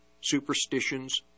superstitions